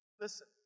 Listen